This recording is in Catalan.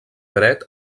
dret